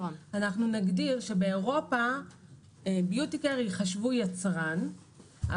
אנחנו נגדיר באירופה ביוטיקייר ייחשבו יצרן,